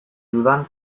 dudan